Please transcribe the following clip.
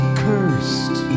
cursed